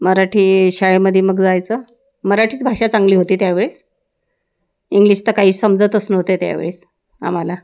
मराठी शाळेमध्ये मग जायचं मराठीच भाषा चांगली होती त्यावेळेस इंग्लिश तं काही समजतच नव्हती त्यावेळेस आम्हाला